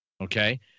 Okay